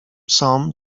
psom